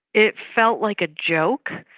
it felt like a joke.